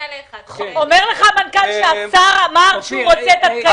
אומר לך המנכ"ל שהשר אמר שהוא רוצה את הכסף.